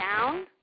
down